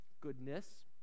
Goodness